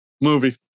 movie